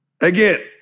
Again